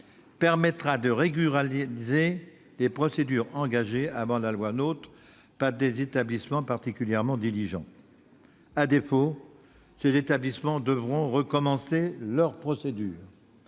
permettra de régulariser les procédures engagées, avant la loi NOTRe, par les établissements particulièrement diligents. À défaut, ces établissements devront recommencer leur procédure,